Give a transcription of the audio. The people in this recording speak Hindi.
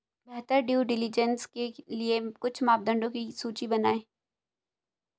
बेहतर ड्यू डिलिजेंस के लिए कुछ मापदंडों की सूची बनाएं?